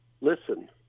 Listen